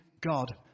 God